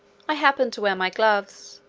i happened to wear my gloves,